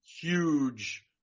huge